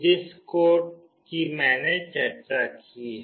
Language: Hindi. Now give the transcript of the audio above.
जिस कोड की मैंने चर्चा की है